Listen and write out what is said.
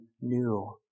new